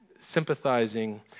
sympathizing